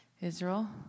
Israel